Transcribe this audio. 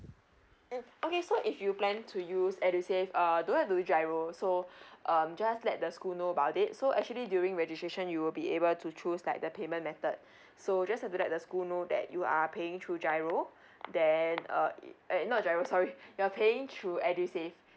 okay so if you plan to use edusave err don't have to use giro so um just let the school know about it so actually during registration you'll be able to choose like the payment method so just have to let the school know that you are paying through giro then uh ah not very sorry you're paying through edusave